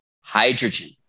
hydrogen